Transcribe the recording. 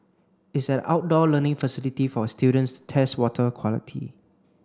it's an outdoor learning facility for students to test water quality